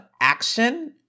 action